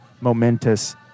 momentous